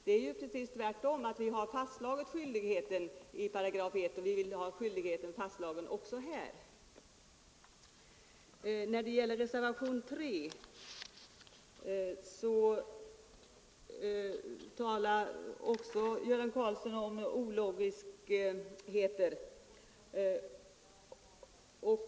Tvärtom har vi i reservationen 1 fastslagit skyldigheten för kommun, och vi vill ha samma skyldighet fastslagen också i de avseenden som berörs i reservationen 2. När det gäller reservationen 3 talade herr Göran Karlsson också om ologiska slutsatser.